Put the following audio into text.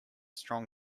strong